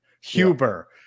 Huber